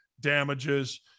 damages